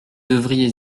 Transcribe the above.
deviez